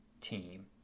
team